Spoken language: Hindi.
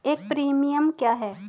एक प्रीमियम क्या है?